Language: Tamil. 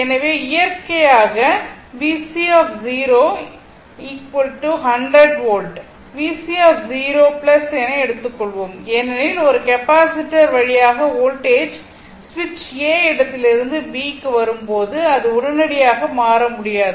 எனவே இயற்கையாக VC 0 100 வோல்ட் VC 0 என எடுத்துக் கொள்வோம் ஏனெனில் ஒரு கெப்பாசிட்டர் வழியாக வோல்டேஜ் சுவிட்ச் A இடத்திலிருந்து B க்கு வரும்போது அது உடனடியாக மாற முடியாது